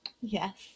Yes